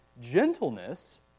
gentleness